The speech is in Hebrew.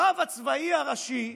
הרב הצבאי הראשי,